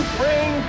bring